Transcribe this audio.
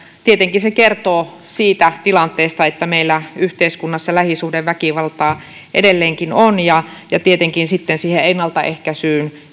tietenkin se kertoo siitä tilanteesta että meillä yhteiskunnassa lähisuhdeväkivaltaa edelleenkin on ja ja tietenkin sitten siihen ennaltaehkäisyyn